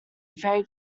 very